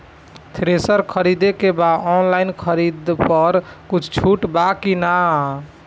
Thresher खरीदे के बा ऑनलाइन खरीद पर कुछ छूट बा कि न?